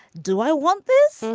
do i want this?